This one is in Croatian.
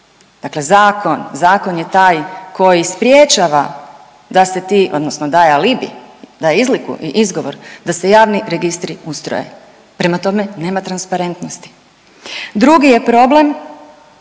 zakon, zakon je taj koji sprječava da se ti odnosno daje alibi daje izliku i izgovor da se javni registri ustroje, prema tome nema transparentnosti. Drugi je problem